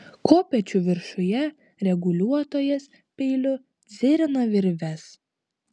kopėčių viršuje reguliuotojas peiliu dzirina virves